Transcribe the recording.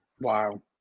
Wow